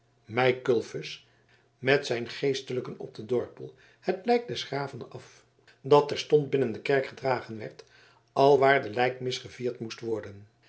meikulfus met zijn geestelijken op den dorpel het lijk des graven af dat terstond binnen de kerk gedragen werd alwaar de lijkmis gevierd moest worden